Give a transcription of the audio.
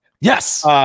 Yes